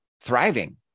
thriving